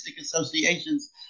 associations